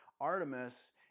Artemis